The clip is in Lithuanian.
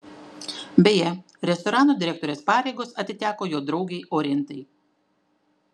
beje restorano direktorės pareigos atiteko jo draugei orintai